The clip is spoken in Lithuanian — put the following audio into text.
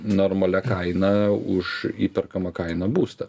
normalia kaina už įperkamą kainą būstą